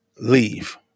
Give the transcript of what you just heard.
leave